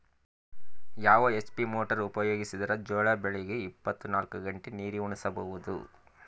ಯಾವ HP motor ಉಪಯೋಗಿಸಿದರ ಜೋಳ ಬೆಳಿಗ ಇಪ್ಪತ ನಾಲ್ಕು ಗಂಟೆ ನೀರಿ ಉಣಿಸ ಬಹುದು?